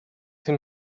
him